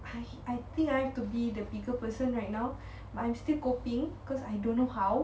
I I think I have to be the bigger person right now but I'm still coping cause I don't know how